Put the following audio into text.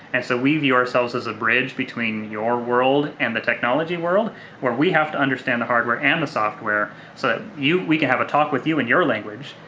and so we view ourselves as a bridge between your world and the technology world where we have to understand the hardware and the software so that we can have a talk with you in your language,